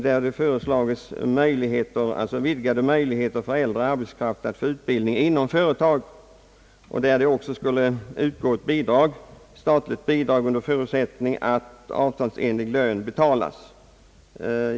Där har vidgade möjligheter föreslagits för äldre arbetskraft att erhålla utbildning inom företagen, varvid också ett statligt bidrag skulle utgå under förutsättning att avtalsenlig lön betalas.